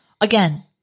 again